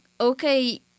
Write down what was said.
Okay